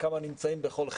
כמה נמצאים בכל חדר,